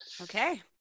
Okay